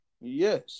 Yes